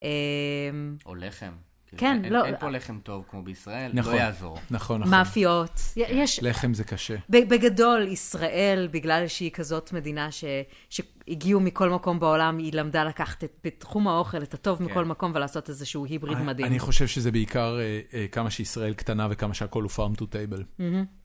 או לחם, כי אם אין פה לחם טוב כמו בישראל, לא יעזור. נכון, נכון. מאפיות. לחם זה קשה. בגדול, ישראל, בגלל שהיא כזאת מדינה שהגיעו מכל מקום בעולם, היא למדה לקחת בתחום האוכל את הטוב מכל מקום, ולעשות איזשהו היבריד מדהים. אני חושב שזה בעיקר כמה שישראל קטנה וכמה שהכול הוא פארם טו טייבל.